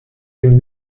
dem